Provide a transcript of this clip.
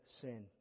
sin